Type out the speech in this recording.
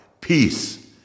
Peace